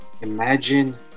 imagine